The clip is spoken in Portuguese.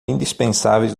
indispensáveis